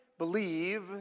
believe